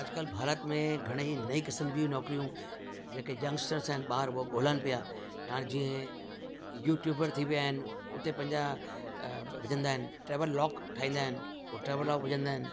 अॼुकल्ह भारत में घणे ई नई किस्म जी नौकरियूं जेके यंगस्टर्स आहिनि ॿार हो ॻोल्हनि पिया हाणे जीअं यूट्यूबर थी विया आहिनि उते पंहिंजा विझंदा आहिनि ट्रैवल व्लॉग ठाहींदा आहिनि हो ट्रेवल व्लॉग विझंदा आहिनि